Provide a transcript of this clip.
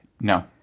No